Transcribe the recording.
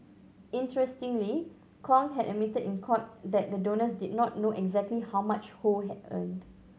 interestingly Kong had admitted in court that the donors did not know exactly how much Ho had earned